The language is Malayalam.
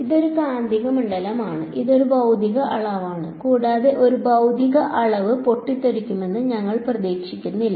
ഇത് ഒരു കാന്തിക മണ്ഡലമാണ് ഇത് ഒരു ഭൌതിക അളവാണ് കൂടാതെ ഒരു ഭൌതിക അളവ് പൊട്ടിത്തെറിക്കുമെന്ന് ഞങ്ങൾ പ്രതീക്ഷിക്കുന്നില്ല